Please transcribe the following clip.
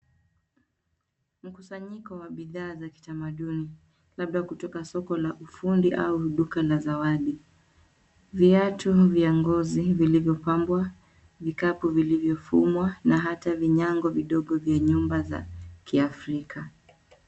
Mkusanyiko wa bidhaa za kitamaduni labda kutoka soko la ufundi au duka la zawadi. Viatu vya ngozi vilivyo pambwa, vikapu vilivyo fumwa na hata vinyango vidogo vya nyumba vya kiafrika.